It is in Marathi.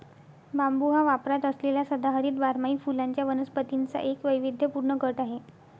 बांबू हा वापरात असलेल्या सदाहरित बारमाही फुलांच्या वनस्पतींचा एक वैविध्यपूर्ण गट आहे